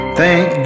thank